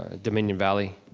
ah dominion valley.